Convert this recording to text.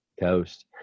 coast